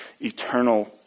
eternal